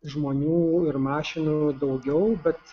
žmonių ir mašinų daugiau bet